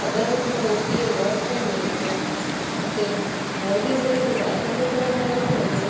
ಅದನ್ನು ಕೂಡ ಒಟ್ಟಿಗೆ ಮಾಡ್ಕೊಂಡು ಬೇಕು ಮತ್ತು ಓದಿದರೆ ಕೂಡ ಅದನ್ನು ಕೂಡ ಮಾಡ್ಬೌದು